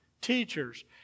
teachers